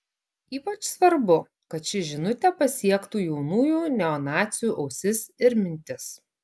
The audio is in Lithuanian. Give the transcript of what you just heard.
ypač svarbu kad ši žinutė pasiektų jaunųjų neonacių ausis ir mintis